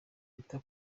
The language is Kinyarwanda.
nita